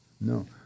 No